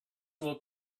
will